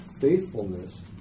faithfulness